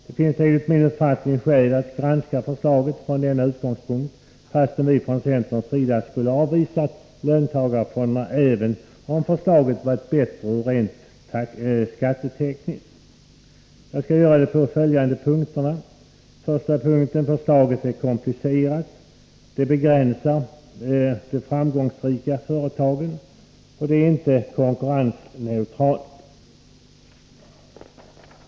Det finns enligt min uppfattning skäl för att granska förslaget från denna utgångspunkt, fastän vi från centern skulle ha avvisat löntagarfonderna även om förslaget varit bättre rent skattetekniskt. Jag skall göra detta från följande utgångspunkter: 1. Förslaget är komplicerat. Det begränsar de framgångsrika företagen och är inte konkurrensneutralt. 2.